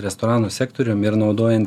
restoranų sektorium ir naudojan